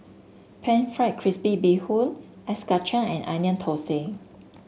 pan fried crispy Bee Hoon Ice Kachang and Onion Thosai